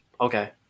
Okay